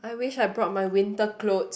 I wish I brought my winter clothes